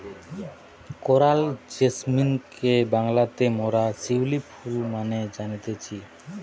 coral জেসমিনকে বাংলাতে মোরা শিউলি ফুল মানে জানতেছি